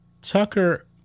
Tucker